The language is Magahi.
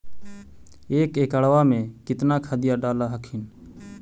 एक एकड़बा मे कितना खदिया डाल हखिन?